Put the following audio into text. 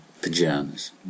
pajamas